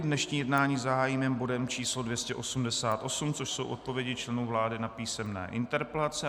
Dnešní jednání zahájíme bodem číslo 288, což jsou odpovědi členů vlády na písemné interpelace.